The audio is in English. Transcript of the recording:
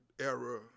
era